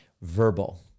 verbal